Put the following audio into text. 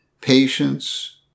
Patience